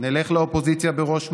נלך לאופוזיציה בראש מורם,